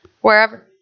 wherever